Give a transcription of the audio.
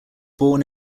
born